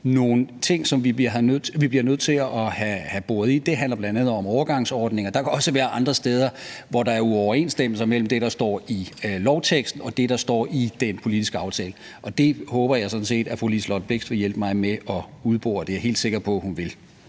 nogle ting, som vi bliver nødt til at have boret ud. Det handler bl.a. om overgangsordninger, og der kan også være andre steder, hvor der er uoverensstemmelser mellem det, der står i lovteksten, og det, der står i den politiske aftale. Det håber jeg sådan set at fru Liselott Blixt vil hjælpe mig med at udbore, og det er jeg helt sikker på hun vil.